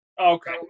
Okay